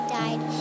died